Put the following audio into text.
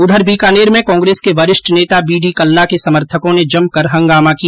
उधर बीकानेर में कांग्रेस के वरिष्ठ नेता बीडी कल्ला के समर्थकों ने जमकर हंगामा किया